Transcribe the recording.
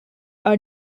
are